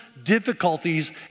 Difficulties